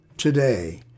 today